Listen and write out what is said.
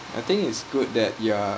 I think it's good that ya